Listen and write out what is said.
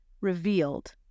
revealed